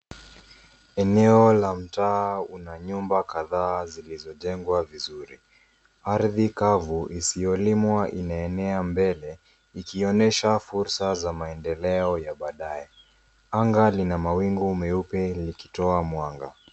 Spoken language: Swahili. Eneo la mtaa una nyumba kadhaa zilizojengwa vizuri. Ardhi kavu isiyolimwa inaenea mbele, ikionyesha fursa za maendeleo ya baadaye. Anga lina mawingu meupe likitoa mwanga.